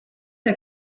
der